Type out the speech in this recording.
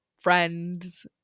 friends